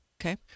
Okay